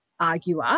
arguer